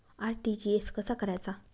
RTGS कसा करायचा?